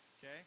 Okay